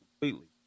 completely